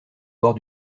bord